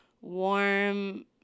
warm